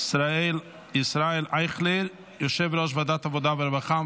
ישראל אייכלר, יושב-ראש ועדת העבודה והרווחה,